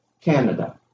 Canada